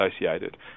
associated